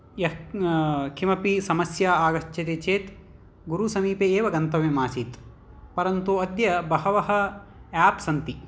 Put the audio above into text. यः किमपि समस्या आगच्छति चेत् गुरुसमीपे एव गतव्यम् आसीत् परन्तु अद्यः बहवः आप् सन्ति